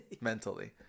mentally